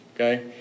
okay